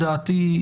בדעתי,